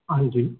ਹਾਂਜੀ